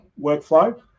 workflow